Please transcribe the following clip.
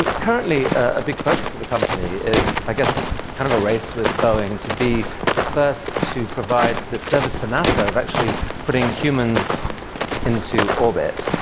and currently, a big focus of the company is, i guess, kind of a race with boeing to be the first to provide the service to nasa of actually putting humans into orbit.